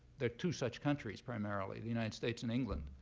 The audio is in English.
there are two such countries, primarily the united states and england.